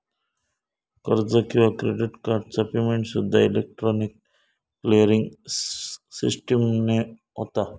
कर्ज किंवा क्रेडिट कार्डचा पेमेंटसूद्दा इलेक्ट्रॉनिक क्लिअरिंग सिस्टीमने होता